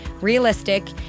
realistic